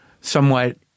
somewhat